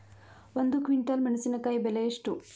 ಒಂದು ಕ್ವಿಂಟಾಲ್ ಮೆಣಸಿನಕಾಯಿ ಬೆಲೆ ಎಷ್ಟು?